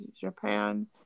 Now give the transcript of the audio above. japan